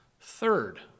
third